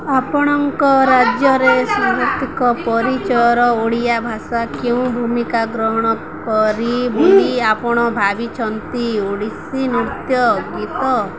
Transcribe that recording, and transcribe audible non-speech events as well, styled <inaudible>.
ଆପଣଙ୍କ ରାଜ୍ୟରେ <unintelligible> ପରିଚୟର ଓଡ଼ିଆ ଭାଷା କେଉଁ ଭୂମିକା ଗ୍ରହଣ କରି ବୋଲି ଆପଣ ଭାବିଛନ୍ତି ଓଡ଼ିଶୀ ନୃତ୍ୟ ଗୀତ